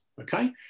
Okay